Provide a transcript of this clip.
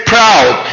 Proud